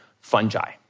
fungi